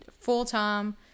full-time